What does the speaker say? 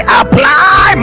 apply